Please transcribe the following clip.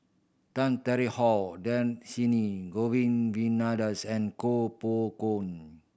Tan Tarn How Dhershini Govin Winodan's and Koh Poh Koon